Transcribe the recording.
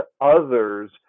others